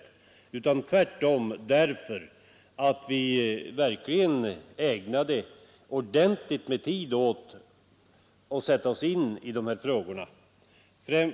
Tvärtom ägnade vi ordentligt med tid åt att sätta oss in i dessa frågor.